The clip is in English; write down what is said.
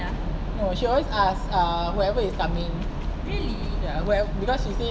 no she always ask uh whoever is coming ya whoev~ because she said